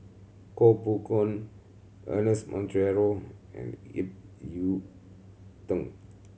Koh Poh Koon Ernest Monteiro and Ip Yiu Tung